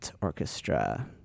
Orchestra